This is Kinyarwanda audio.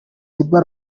riba